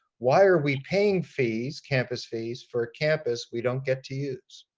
why are we paying fees, campus fees, for a campus we don't get to use?